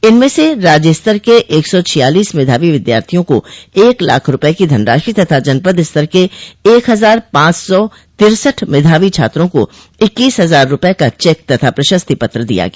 इनमें से राज्य स्तर के एक सौ छियालीस मेधावी विद्यार्थियों को एक लाख रूपये की धनराशि तथा जनपद स्तर के एक हजार पांच सौ तिरसठ मेधावी छात्रों को इक्कीस हजार रूपये का चेक तथा प्रशस्ति पत्र दिया गया